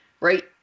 right